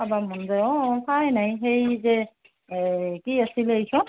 চাব মন যায় অঁ চোৱাই নাই সেই যে এই কি আছিলে এইখন